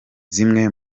zimwe